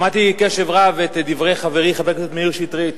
שמעתי בקשב רב את דברי חברי חבר הכנסת מאיר שטרית.